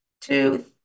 two